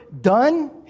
done